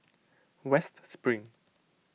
West Spring